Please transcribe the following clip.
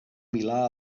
milà